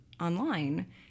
online